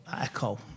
Echo